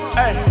hey